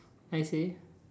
I see